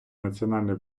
національної